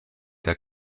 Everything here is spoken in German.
der